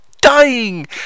dying